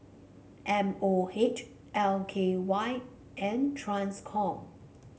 M O H L K Y and Transcom